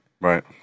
Right